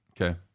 Okay